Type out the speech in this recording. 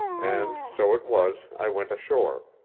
and so it was i went ashore,